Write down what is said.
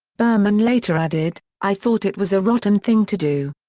berman later added, i thought it was a rotten thing to do.